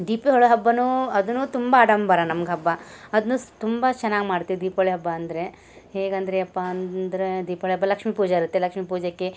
ದೀಪಿಹೊಳೆ ಹಬ್ಬವೂ ಅದನ್ನೂ ತುಂಬ ಆಡಂಬರ ನಮ್ಗೆ ಹಬ್ಬ ಅದನ್ನೂ ತುಂಬ ಚೆನ್ನಾಗಿ ಮಾಡ್ತೀವಿ ದೀಪೊಳಿ ಹಬ್ಬ ಅಂದರೆ ಹೇಗಂದ್ರೆಯಪ್ಪಾ ಅಂದರೆ ದೀಪೊಳಿ ಹಬ್ಬ ಅಂದರೆ ಲಕ್ಷ್ಮೀ ಪೂಜೆ ಇರುತ್ತೆ ಲಕ್ಷ್ಮೀ ಪೂಜೆಗೆ